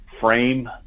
frame